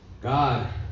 God